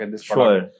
sure